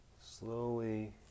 slowly